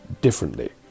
differently